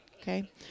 Okay